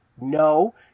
No